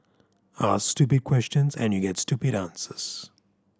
ask stupid questions and you get stupid answers